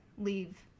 leave